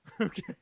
Okay